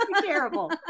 terrible